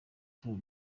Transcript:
tour